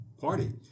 party